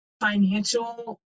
financial